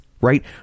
right